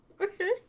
Okay